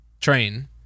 train